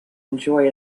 enjoy